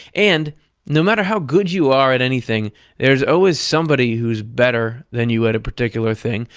and no matter how good you are at anything there's always somebody who's better than you at a particular thing,